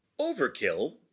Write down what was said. Overkill